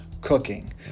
cooking